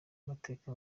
mateka